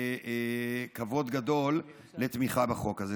בכבוד גדול לתמיכה בחוק הזה.